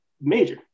major